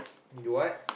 you want